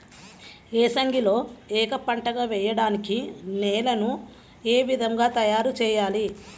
ఏసంగిలో ఏక పంటగ వెయడానికి నేలను ఏ విధముగా తయారుచేయాలి?